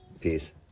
Peace